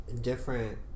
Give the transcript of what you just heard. different